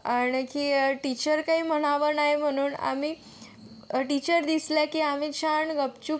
आणखी टिचर काही म्हणावं नाही म्हणून आम्ही टिचर दिसल्या की आम्ही छान गपचूप